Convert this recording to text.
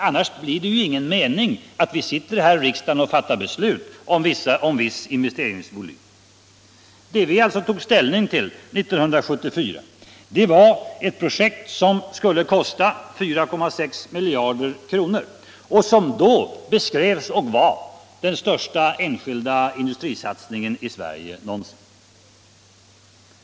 Annars är det ju meningslöst att vi här i kammaren fattar beslut om vissa kostnadsramar. Det som vi tog ställning till 1974 var ett projekt som skulle kosta 4,6 miljarder kronor och som då beskrevs som och var den största enskilda industrisatsningen i Sverige någonsin.